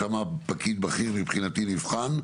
שם פקיד בכיר מבחינתי נבחן.